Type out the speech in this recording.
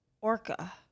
Orca